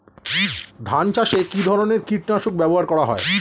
ধান চাষে কী ধরনের কীট নাশক ব্যাবহার করা হয়?